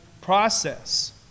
process